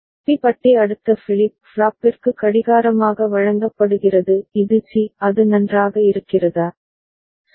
B பட்டி அடுத்த flip ஃப்ளாப்பிற்கு கடிகாரமாக வழங்கப்படுகிறது இது சி அது நன்றாக இருக்கிறதா சரி